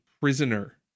prisoner